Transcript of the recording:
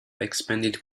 expanded